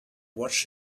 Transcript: watch